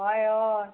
हय हय